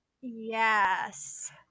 Yes